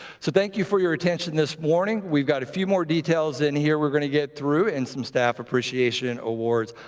so thank you for your attention this morning. we've got a few more details in here we're going to get through and some staff appreciation awards.